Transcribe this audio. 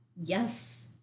Yes